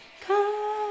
come